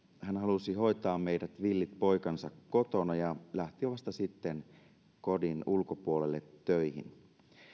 hän halusi hoitaa meidät villit poikansa kotona ja lähti vasta sitten kodin ulkopuolelle töihin